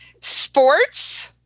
sports